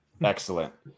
excellent